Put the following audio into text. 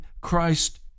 christ